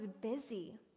busy